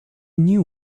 knew